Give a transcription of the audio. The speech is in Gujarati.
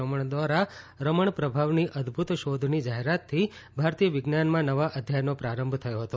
રમણ દ્વારા રમણ પ્રભાવની અદભૂત શોધની જાહેરાતથી ભારતીય વિજ્ઞાનમા નવા અધ્યાયનો પ્રારંભ થયો હતો